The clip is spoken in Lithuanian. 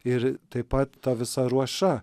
ir taip pat ta visa ruoša